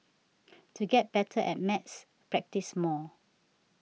to get better at maths practise more